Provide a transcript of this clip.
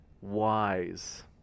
wise